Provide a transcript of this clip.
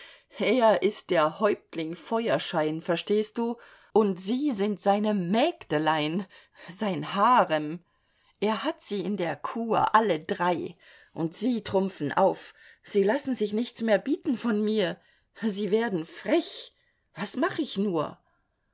er ist der häuptling feuerschein verstehst du und sie sind seine mägdelein sein harem er hat sie in der kur alle drei und sie trumpfen auf sie lassen sich nichts mehr bieten von mir sie werden frech was mach ich nur